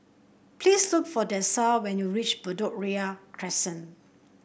please look for Dessa when you reach Bedok Ria Crescent